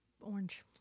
Orange